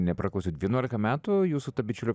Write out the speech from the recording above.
nepraklausiau vienuolika metų jūsų bičiulių